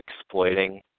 exploiting